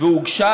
והוגשה